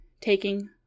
taking